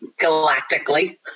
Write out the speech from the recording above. galactically